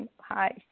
hi